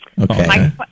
Okay